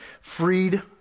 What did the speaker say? Freed